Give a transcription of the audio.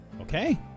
Okay